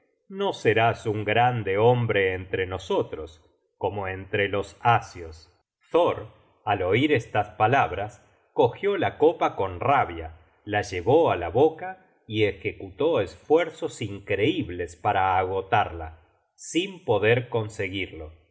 no serás un grande hombre entre nosotros como entre los asios thor al oir estas palabras cogió la copa con rabia la llevó á la boca y ejecutó esfuerzos increíbles para agotarla sin poder conseguirlo